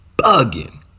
bugging